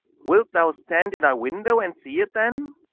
wilt thou stand in thy window, and see it, then?